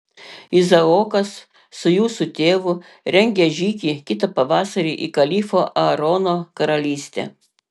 izaokas su jūsų tėvu rengia žygį kitą pavasarį į kalifo aarono karalystę